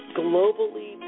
globally